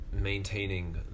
maintaining